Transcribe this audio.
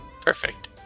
Perfect